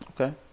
Okay